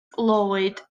lloyd